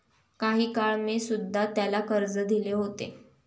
काही काळ मी सुध्धा त्याला कर्ज दिले होते